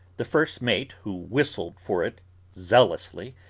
the first mate, who whistled for it zealously,